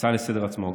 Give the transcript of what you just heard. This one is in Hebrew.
בהצעה לסדר-היום.